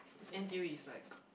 N_T_U is like